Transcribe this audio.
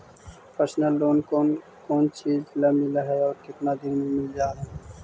Personal loan कोन कोन चिज ल मिल है और केतना दिन में मिल जा है?